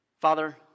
Father